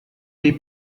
dei